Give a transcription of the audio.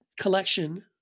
collection